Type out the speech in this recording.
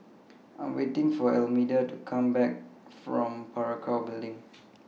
I Am waiting For Almedia to Come Back from Parakou Building